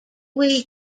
wee